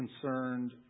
concerned